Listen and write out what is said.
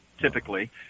typically